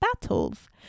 battles